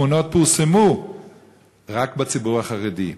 התמונות פורסמו רק בציבור החרדי.